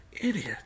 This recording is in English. idiot